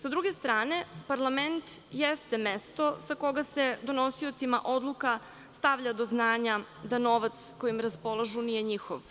Sa druge strane, parlament jeste mesto sa koga se donosiocima odluka stavlja do znanja da novac sa kojim raspolažu nije njihov,